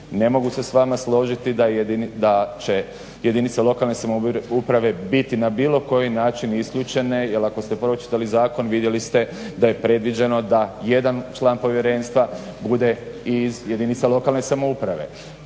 Ne mogu se s vama složiti da će jedinice lokalne samouprave biti na bilo koji način isključene jer ako ste pročitali zakon vidjeli ste da je predviđeno da jedan član povjerenstva bude i iz jedinica lokalne samouprave.